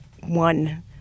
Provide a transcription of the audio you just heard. one